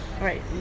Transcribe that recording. Right